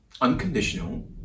Unconditional